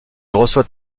reçoit